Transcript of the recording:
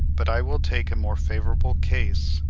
but i will take a more favourable case,